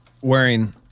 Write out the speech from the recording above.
wearing